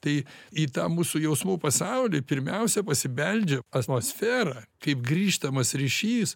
tai į tą mūsų jausmų pasaulį pirmiausia pasibeldžia atmosfera kaip grįžtamas ryšys